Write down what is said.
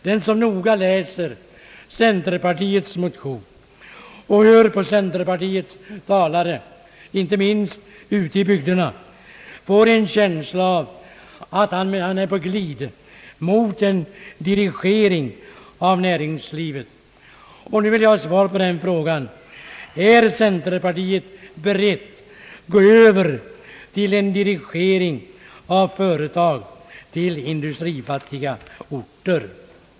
Den som noga läser centerpartiets motion och hör på centerpartiets talare, inte minst ute i bygderna, får en känsla av att man på det hållet är på glid mot en dirigering av näringslivet. Och nu vill jag ha svar på frågan: Är centerpartiet berett att gå över till en dirigering av företag till industrifattiga orter?